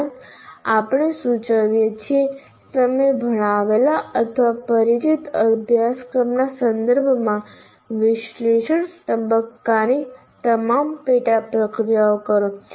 ઉપરાંત આપણે સૂચવીએ છીએ કે તમે ભણાવેલા અથવા પરિચિત અભ્યાસક્રમના સંદર્ભમાં વિશ્લેષણ તબક્કાની તમામ પેટા પ્રક્રિયા કરો